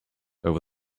over